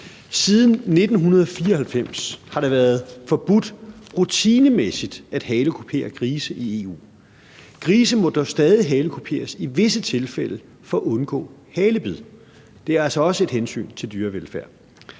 Siden 1994 har det været forbudt rutinemæssigt at halekupere grise i EU. Grise må dog stadig halekuperes i visse tilfælde for at undgå halebid. Det er altså også et hensyn til dyrevelfærd.